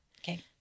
Okay